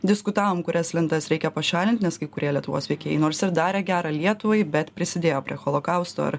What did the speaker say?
diskutavom kurias lentas reikia pašalint nes kai kurie lietuvos veikėjai nors ir darė gerą lietuvai bet prisidėjo prie holokausto ar